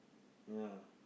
ya